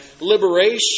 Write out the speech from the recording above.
liberation